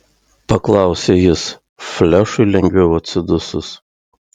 paklausė jis flešui lengviau atsidusus